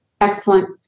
Excellent